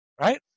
Right